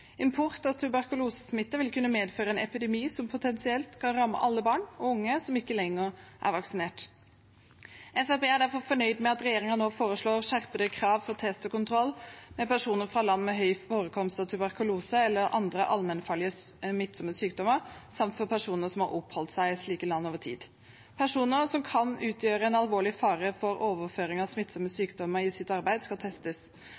Import av tuberkulosesmitte vil kunne medføre en epidemi som potensielt kan ramme alle barn og unge som ikke lenger er vaksinert. Fremskrittspartiet er derfor fornøyd med at regjeringen nå foreslår skjerpede krav om test og kontroll for personer fra land med høy forekomst av tuberkulose eller andre allmennfarlige smittsomme sykdommer, samt for personer som har oppholdt seg i slike land over tid. Personer som kan utgjøre en alvorlig fare for overføring av smittsomme sykdommer i sitt arbeid, skal testes.